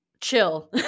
chill